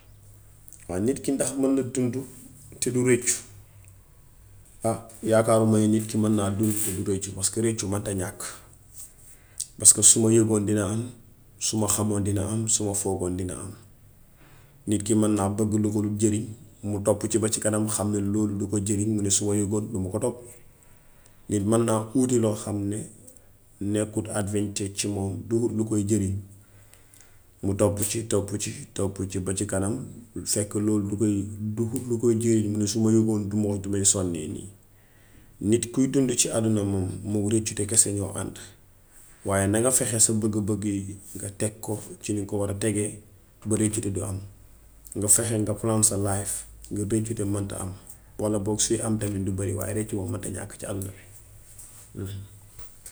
Waaw nit ki ndax man na dundu te du réccu yaakaaruma nit man naa dundu te du réccu paska réccu mënta ñàkk paska su ma yëgoon dina am su ma xamoon dina am, su ma foogoon dina am. Nit ki man naa bëgg lu ko dul jariñ mu topp ci ba ci kanam xam ni loolu du ko jariñ mu ni su ma yëgoon duma ko topp. Nit man naa uute loo xam ne nekkul advente yi moom duhut lu koy jariñ mu topp ci topp ci ba ci kanam fekk loolu du koy duhu lu koy jariñ mu ni su ma yëgoon duma hut luy sonnee nii. Nit kuy dund ci àdduna moom mook réccute kese ñoo ànd waaye na nga fexe sa bëgg-bëgg yi nga teg ko ci niŋ ko war a tegee ba réccute du am, nga fexe nga plan sa life ngir réccute menta am walla boog suy am du bëri. Waaye réccu moom mënta ñàkk ci àdduna bi.